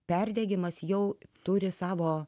perdegimas jau turi savo